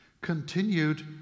continued